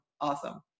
Awesome